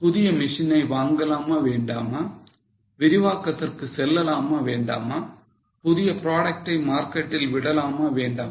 புதிய மிஷினை வாங்கலாமா வேண்டாமா விரிவாக்கத்துக்கு செல்லலாமா வேண்டாமா புதிய ப்ராடக்டை மார்க்கெட்டில் விடலாமா வேண்டாமா